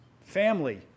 family